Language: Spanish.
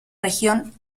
región